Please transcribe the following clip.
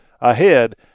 ahead